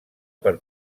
per